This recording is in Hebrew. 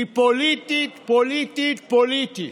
היא פוליטית, פוליטית, פוליטית.